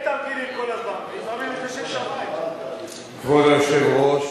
כבוד היושב-ראש,